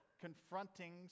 confronting